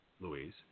Louise